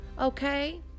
okay